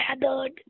gathered